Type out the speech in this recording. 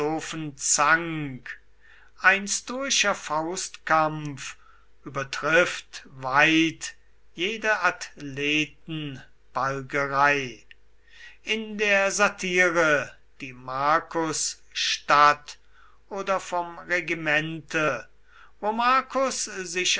ein stoischer faustkampf übertrifft weit jede athletenbalgerei in der satire die marcusstadt oder vom regimente wo marcus sich